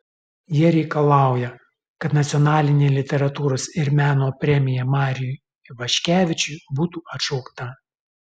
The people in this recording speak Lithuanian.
jie reikalauja kad nacionalinė literatūros ir meno premija mariui ivaškevičiui būtų atšaukta